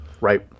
Right